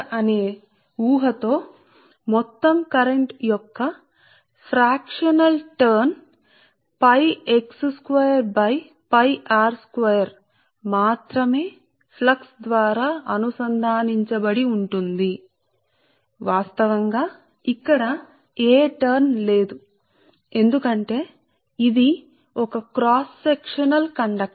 కాబట్టి మీ కండక్టర్ యొక్క మీ పాక్షిక భాగం కాబట్టి కరెంటు డెన్సిటీ ఏక రీతి గా అనే ఊహతో అందువల్ల కరెంటు డెన్సిటీ ఏక రీతి గా ఉందని మనం అనుకొందాం సరే పాక్షికమైన మార్పు మాత్రమే వాస్తవంగా పాక్షికమైన మార్పులేదని మనం అంటాం ఎందుకంటే ఇది క్రాస్ సెక్షనల్ కండక్టర్